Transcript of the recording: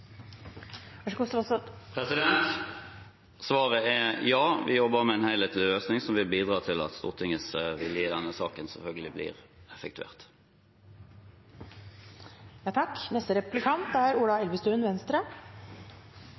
Svaret er ja, vi jobber med en helhetlig løsning som vil bidra til at Stortingets vilje i denne saken selvfølgelig blir effektuert. Jeg synes det er